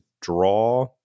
draw